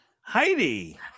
Heidi